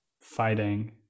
fighting